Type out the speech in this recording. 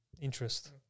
interest